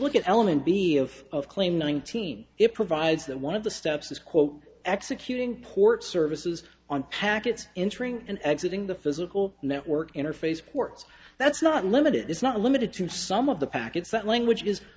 look at element b of of claim nineteen it provides that one of the steps is quote executing port services on packets entering and exiting the physical network interface ports that's not unlimited is not limited to some of the packets that language